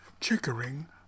Chickering